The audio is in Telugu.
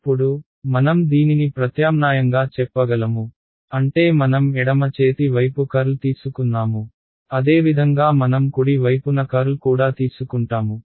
ఇప్పుడు మనం దీనిని ప్రత్యామ్నాయంగా చెప్పగలము అంటే మనం ఎడమ చేతి వైపు కర్ల్ తీసుకున్నాము అదేవిధంగా మనం కుడి వైపున కర్ల్ కూడా తీసుకుంటాము